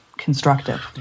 Constructive